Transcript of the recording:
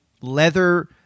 leather